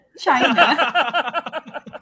China